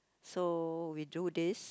so we do this